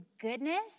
goodness